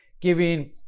giving